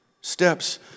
steps